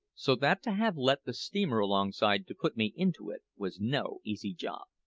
so that to have let the steamer alongside to put me into it was no easy job.